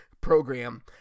program